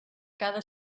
cada